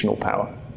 power